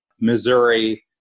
Missouri